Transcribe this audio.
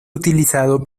utilizado